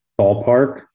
ballpark